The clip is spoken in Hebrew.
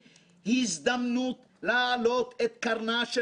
הזדמנות גדולה להצעיד את הכנסת קדימה